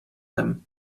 him